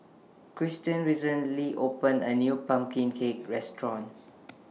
Christian recently opened A New Pumpkin Cake Restaurant